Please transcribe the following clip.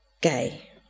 gay